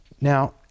Now